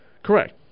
Correct